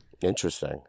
Interesting